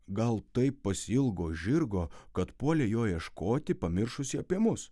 gal taip pasiilgo žirgo kad puolė jo ieškoti pamiršusi apie mus